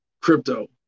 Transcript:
crypto